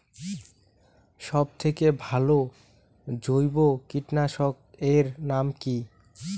সব থেকে ভালো জৈব কীটনাশক এর নাম কি?